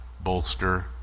bolster